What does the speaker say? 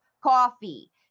coffee